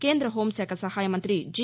కేంద్ర హోంశాఖ నహాయ మంతి జి